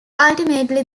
ultimately